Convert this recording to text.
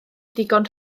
digon